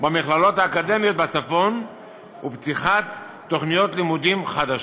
במכללות האקדמיות בצפון ופתיחת תוכניות לימודים חדשות.